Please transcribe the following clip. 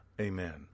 Amen